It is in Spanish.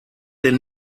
del